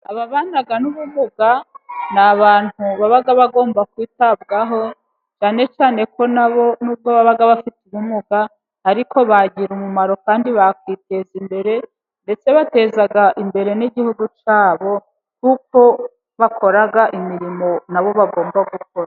Ababana n'ubumuga ni abantu baba bagomba kwitabwaho, cyane cyane kuko nabo nubwo baba bafite ubumuga ariko bagira umumaro kandi bakiteza imbere ndetse batezaga imbere n'igihugu cyabo kuko bakora imirimo nabo bagomba gukora.